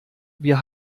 wir